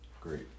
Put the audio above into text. Great